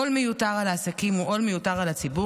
עול מיותר על העסקים הוא עול מיותר על הציבור,